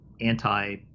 anti